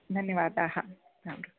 धन्यवादाः राम् राम्